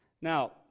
Now